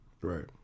right